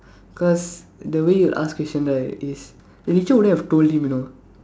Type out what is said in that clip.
cause the way he'll ask question right is the teacher wouldn't have told him you know